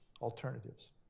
alternatives